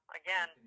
again